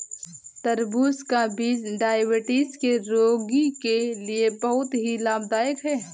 तरबूज का बीज डायबिटीज के रोगी के लिए बहुत ही लाभदायक है